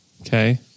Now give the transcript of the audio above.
Okay